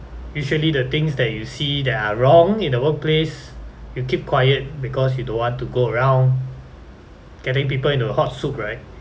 usually the things that you see that are wrong in the workplace you keep quiet because you don't want to go around getting people into hot soup right